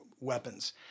weapons